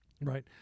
Right